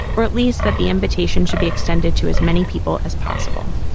or at least that the invitation should be extended to as many people as possible.